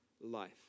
life